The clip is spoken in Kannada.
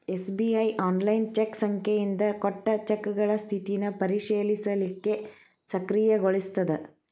ಎಸ್.ಬಿ.ಐ ಆನ್ಲೈನ್ ಚೆಕ್ ಸಂಖ್ಯೆಯಿಂದ ಕೊಟ್ಟ ಚೆಕ್ಗಳ ಸ್ಥಿತಿನ ಪರಿಶೇಲಿಸಲಿಕ್ಕೆ ಸಕ್ರಿಯಗೊಳಿಸ್ತದ